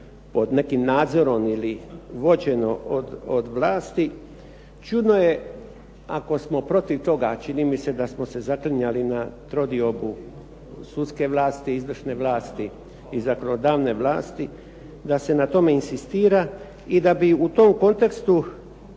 pod nekim nadzorom ili vođeno od vlasti. Čudno je ako smo protiv toga, a čini mi se da smo se zaklinjali na trodiobu sudske vlasti, izvršne vlasti i zakonodavne vlasti, da se na tome inzistira i da bi u tom kontekstu